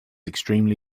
extremely